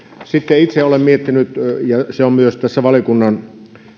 sitten itse olen miettinyt ja se on myös tässä valiokunnan